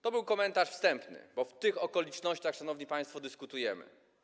To był komentarz wstępny, bo w tych okolicznościach, szanowni państwo, dyskutujemy.